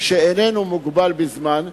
שאיננו מוגבל בזמן,